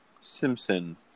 Simpson